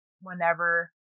whenever